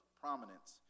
prominence